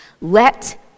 Let